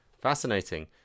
fascinating